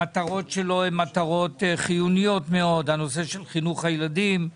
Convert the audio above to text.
המטרות שלו חיוניות מאוד, הנושא של חינוך הילדים,